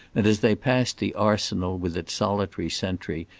and as they passed the arsenal with its solitary sentry,